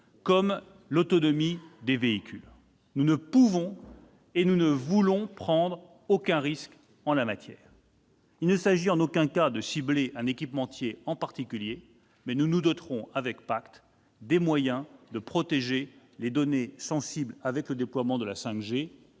comme l'autonomie des véhicules. Nous ne pouvons et nous ne voulons prendre aucun risque en la matière. Il ne s'agit en aucun cas de cibler un équipementier en particulier, mais nous nous doterons des moyens de protéger les données sensibles dans le cadre du déploiement de la 5G